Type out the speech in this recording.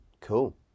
cool